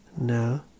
No